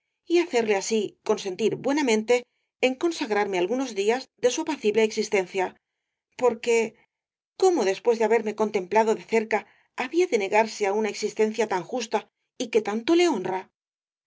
y hacerle así consentir buenamente en consagrarme algunos días de su apacible existencia porque cómo después de haberme contemplado de cerca había de negarse á una existencia tan justa y eme tanto le honra